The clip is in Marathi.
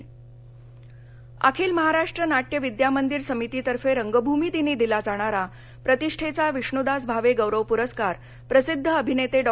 सांगली अखिल महाराष्ट्र नाटय विद्यामंदिर समितीतफे रंगभूमी दिनी दिला जाणारा प्रतिष्ठेचा विष्णुदास भावे गौरव पुरस्कार प्रसिद्ध अभिनेते डॉ